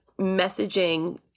messaging